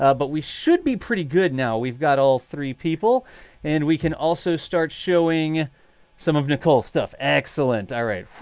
ah but we should be pretty good now. we've got all three people and we can also start showing some of nicole's stuff. excellent. all right.